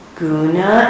guna